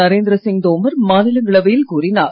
நரேந்திர சிங் தோமர் மாநிலங்களவையில் கூறினார்